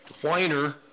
whiner